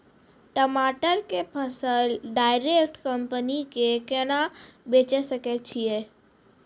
टमाटर के फसल डायरेक्ट कंपनी के केना बेचे सकय छियै?